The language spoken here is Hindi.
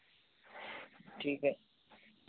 ठीक है